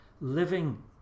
living